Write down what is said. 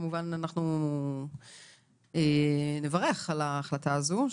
כמובן אנחנו נברך על ההחלטה הזאת.